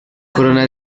corona